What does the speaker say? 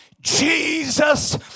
Jesus